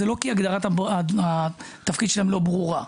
זה לא כי הגדרת התפקיד שלהם לא ברורה,